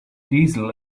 diesel